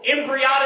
embryonic